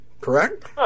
correct